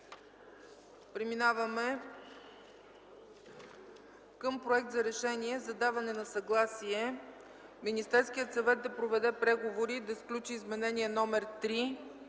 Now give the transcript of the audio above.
разгледа Проекта за решение за даване на съгласие Министерският съвет да проведе преговори и да сключи Изменение № 3